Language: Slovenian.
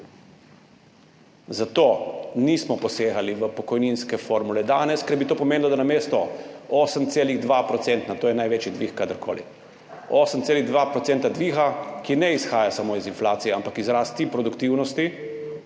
Zato nismo posegali v pokojninske formule danes, ker bi to pomenilo, da bomo imeli namesto 8,2 %, to je največji dvig kadarkoli, ki ne izhaja samo iz inflacije, ampak iz rasti produktivnosti